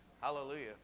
Hallelujah